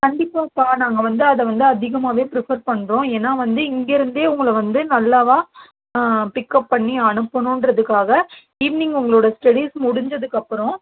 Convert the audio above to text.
கண்டிப்பாப்பா நாங்கள் வந்து அதை வந்து அதிகமாகவே ஃபிரிப்பேர் பண்ணுறோம் ஏன்னா வந்து இங்கேருந்தே உங்களை வந்து நல்லாவா பிக்கப் பண்ணி அனுப்பனுன்றதுக்காக ஈவினிங் உங்களோட ஸ்டடீஸ் முடிஞ்சதுக்கு அப்புறம்